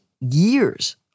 years